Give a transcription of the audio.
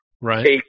Right